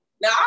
now